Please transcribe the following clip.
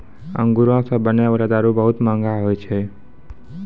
अंगूरो से बनै बाला दारू बहुते मंहगा होय छै